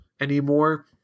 anymore